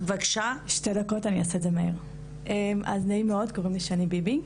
נעים מאוד, קוראים לי שני ביבי.